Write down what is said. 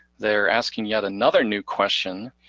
they're asking yet another new question,